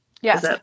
Yes